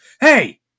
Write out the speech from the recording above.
Hey